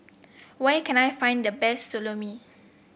where can I find the best Salami